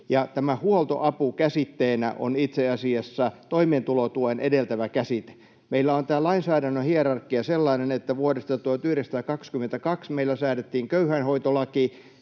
”huoltoapu” käsitteenä on itse asiassa toimeentulotukea edeltävä käsite. Meillä on tämä lainsäädännön hierarkia sellainen, että vuodesta 1922 meillä säädettiin köyhäinhoitolaki,